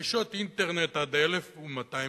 רכישות אינטרנט עד 1,200 שקלים.